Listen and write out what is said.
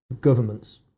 governments